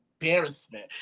embarrassment